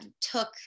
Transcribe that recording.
took